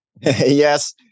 Yes